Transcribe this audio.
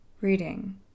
reading